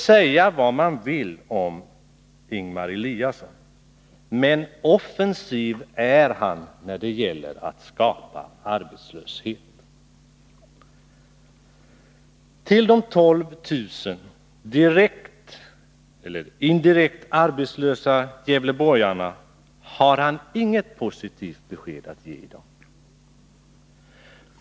Säga vad man vill om Ingemar Eliasson, men offensiv är han när det gäller att skapa arbetslöshet. Till de 12 000 direkt eller indirekt arbetslösa gävleborgarna har han inget Nr 80 positivt besked att ge.